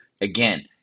Again